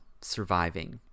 surviving